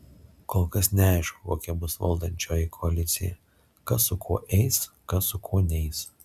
kol kas neaišku kokia bus valdančioji koalicija kas su kuo eis kas su kuo neis